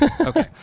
okay